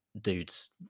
dudes